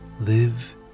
live